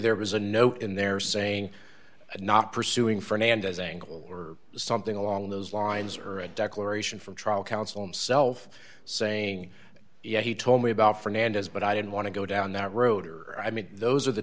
there was a note in there saying not pursuing fernandez angle or something along those lines or a declaration from trial counsel himself saying yeah he told me about fernandez but i didn't want to go down that road or i mean those are the